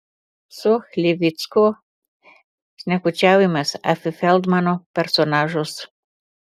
su chlivicku šnekučiavomės apie feldmano personažus